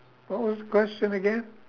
what was the question again